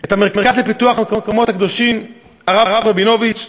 את המרכז לפיתוח המקומות הקדושים, הרב רבינוביץ,